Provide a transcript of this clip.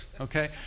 okay